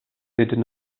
did